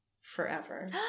forever